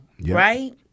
right